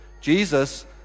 Jesus